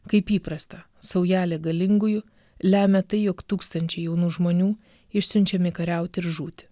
kaip įprasta saujelė galingųjų lemia tai jog tūkstančiai jaunų žmonių išsiunčiami kariauti ir žūti